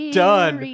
done